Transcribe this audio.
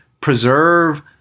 preserve